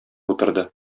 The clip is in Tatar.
утырды